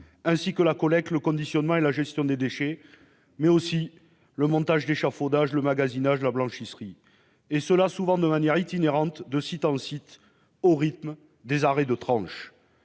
ainsi que la collecte, le conditionnement et la gestion des déchets, mais aussi le montage d'échafaudages, le magasinage, la blanchisserie, et ce souvent de manière itinérante, de site en site, au rythme des « arrêts de tranche